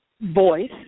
voice